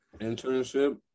internship